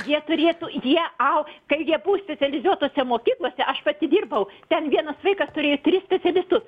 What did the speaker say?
jie turėtų jie au kai jie bus dide jau tose mokyklose aš pati dirbau ten vienas vaikas turėjo tris specialistus